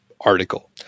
article